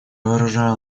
выражаю